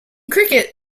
cricket